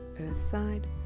Earthside